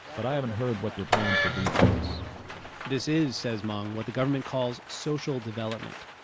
but i haven't heard what their plans will be for us this is, says meng, what the government calls social development.